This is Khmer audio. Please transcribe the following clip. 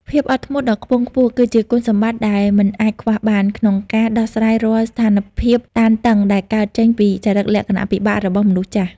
ភាពអត់ធ្មត់ដ៏ខ្ពង់ខ្ពស់គឺជាគុណសម្បត្តិដែលមិនអាចខ្វះបាន ក្នុងការដោះស្រាយរាល់ស្ថានភាពតានតឹងដែលកើតចេញពីចរិតលក្ខណៈពិបាករបស់មនុស្សចាស់។